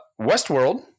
Westworld